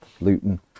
Luton